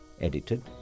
edited